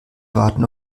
warten